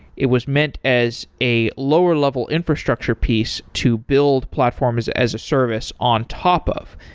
it was meant as a lower level infrastructure piece to build platforms as a service on top of,